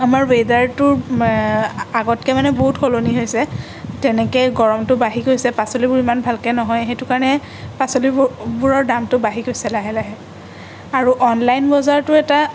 আমাৰ ৱেডাৰটো আগতকৈ মানে বহুত সলনি হৈছে তেনেকৈয়ে গৰমটো বাঢ়ি গৈছে পাচলিবোৰ সিমান ভালকৈ নহয় সেইটো কাৰণে পাচলিবোৰ বোৰৰ দামটো বাঢ়ি গৈছে লাহে লাহে আৰু অনলাইন বজাৰটো এটা